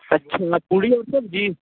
अच्छा ना पूरी और सब्ज़ी